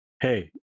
hey